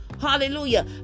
Hallelujah